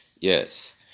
yes